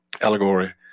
allegory